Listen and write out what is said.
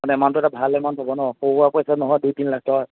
মান এমাউণ্টটো এটা ভাল এমাউণ্ট হ'ব ন সৰু সুৰা পইচা নহয় দুই তিনি লাখ টকা